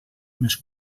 més